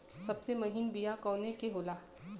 सबसे महीन बिया कवने के होला?